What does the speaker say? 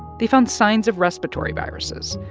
they found signs of respiratory viruses,